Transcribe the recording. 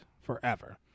forever